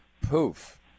poof